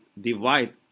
divide